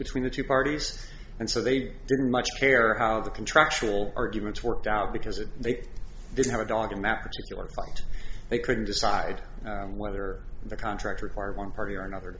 between the two parties and so they didn't much care how the contractual arguments worked out because if they didn't have a dog in that particular case they couldn't decide whether the contract required one party or another